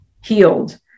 healed